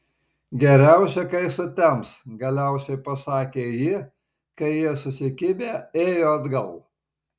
geriausia kai sutems galiausiai pasakė ji kai jie susikibę ėjo atgal